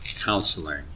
counseling